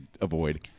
avoid